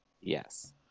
Yes